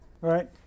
Right